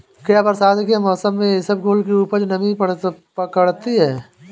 क्या बरसात के मौसम में इसबगोल की उपज नमी पकड़ती है?